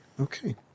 Okay